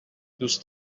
دوست